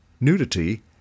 nudity